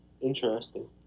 Interesting